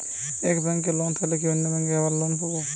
এক ব্যাঙ্কে লোন থাকলে কি অন্য ব্যাঙ্কে আবার লোন পাব?